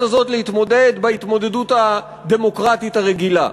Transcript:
הזאת להתמודד בהתמודדות הדמוקרטית הרגילה,